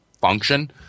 function –